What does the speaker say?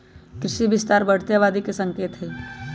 कृषि विस्तार बढ़ते आबादी के संकेत हई